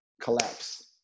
collapse